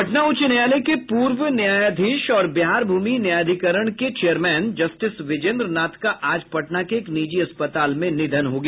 पटना उच्च न्यायालय के पूर्व न्यायाधीश और बिहार भूमि न्यायाधिकरण के चेयरमैन जस्टिस विजेन्द्र नाथ का आज पटना के एक निजी अस्पताल में निधन हो गया